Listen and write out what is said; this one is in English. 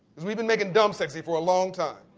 we've been making dumb sexy for a long time.